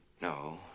No